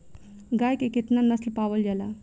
गाय के केतना नस्ल पावल जाला?